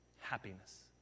Happiness